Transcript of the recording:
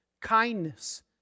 kindness